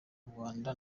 rwanda